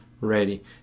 ready